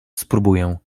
spróbuję